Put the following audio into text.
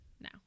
now